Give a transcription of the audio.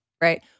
right